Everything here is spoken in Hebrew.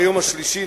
ביום השלישי,